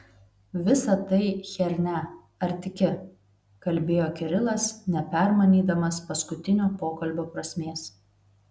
visa tai chiernia ar tiki kalbėjo kirilas nepermanydamas paskutinio pokalbio prasmės